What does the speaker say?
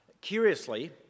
curiously